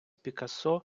пікассо